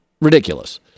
ridiculous